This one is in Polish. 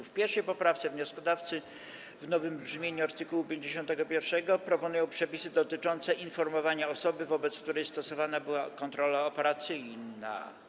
W 1. poprawce wnioskodawcy w nowym brzmieniu art. 51 proponują przepisy dotyczące informowania osoby, wobec której stosowana była kontrola operacyjna.